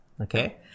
okay